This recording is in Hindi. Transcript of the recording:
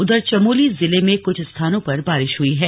उधर चमोली जिले में कुछ स्थानों पर बारिश हुई है